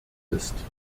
ist